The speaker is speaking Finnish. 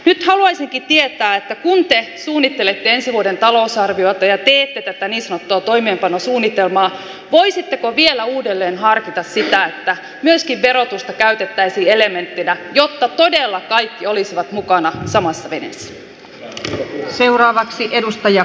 nyt haluaisinkin tietää että kun te suunnittelette ensi vuoden talousarviota ja teette tätä niin sanottua toimeenpanosuunnitelmaa voisitteko vielä uudelleen harkita sitä että myöskin verotusta käytettäisiin elementtinä jotta todella kaikki olisivat mukana samassa veneessä